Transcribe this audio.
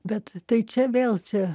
bet tai čia vėl čia